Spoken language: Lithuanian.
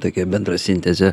tokia bendra sintezė